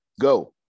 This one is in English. Go